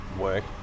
work